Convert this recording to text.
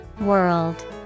World